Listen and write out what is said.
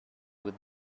with